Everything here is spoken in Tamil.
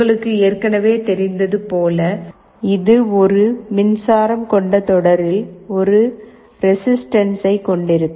உங்களுக்கு ஏற்கனவே தெரிந்தது போல இது ஒரு மின்சாரம் கொண்ட தொடரில் ஒரு ரெசிஸ்டன்சை கொண்டிருக்கும்